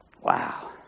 Wow